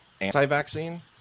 anti-vaccine